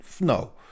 No